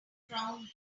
crown